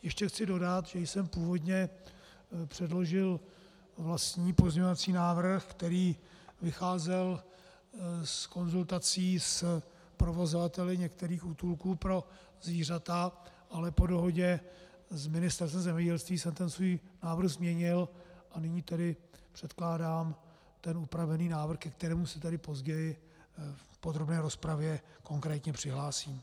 Ještě chci dodat, že jsem původně předložil vlastní pozměňovací návrh, který vycházel z konzultací s provozovateli některých útulků pro zvířata, ale po dohodě s Ministerstvem zemědělství jsem ten svůj návrh změnil a nyní předkládám upravený návrh, ke kterému se později v podrobné rozpravě konkrétně přihlásím.